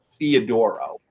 Theodoro